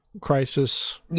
crisis